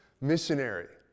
missionary